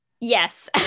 Yes